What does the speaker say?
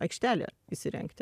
aikštelė įsirengti